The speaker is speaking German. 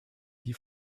die